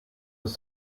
was